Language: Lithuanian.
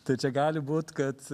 tai čia gali būt kad